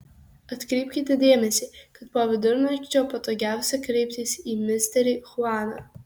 atkreipkite dėmesį kad po vidurnakčio patogiausia kreiptis į misterį chuaną